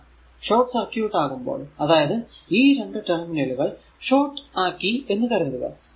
എന്നാൽ short circuit ആകുമ്പോൾ അതായതു ഈ രണ്ടു ടെര്മിനലുകൾ ഷോർട് ആക്കി എന്ന് കരുതുക